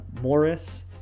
Morris